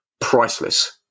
priceless